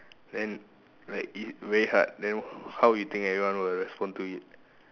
then like it very hard then how you think everyone will respond to it